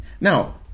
Now